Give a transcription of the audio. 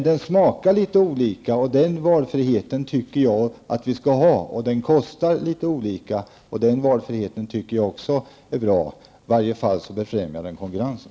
Den smakar litet olika, och jag tycker att vi skall ha möjlighet att välja mellan de båda sorterna. Den kostar också litet olika, och även med tanke på det tycker jag att det är bra att vi har frihet att välja. Detta är i varje fall något som befrämjar konkurrensen.